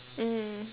mm